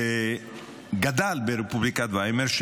שגדל ברפובליקת ויימאר,